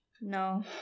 No